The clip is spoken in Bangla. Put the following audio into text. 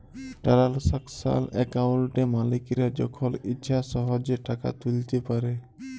টারালসাকশাল একাউলটে মালিকরা যখল ইছা সহজে টাকা তুইলতে পারে